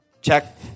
check